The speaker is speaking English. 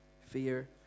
fear